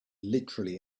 literally